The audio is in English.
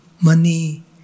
money